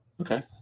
Okay